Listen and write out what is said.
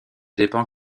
dépend